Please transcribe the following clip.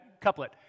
couplet